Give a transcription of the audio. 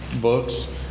books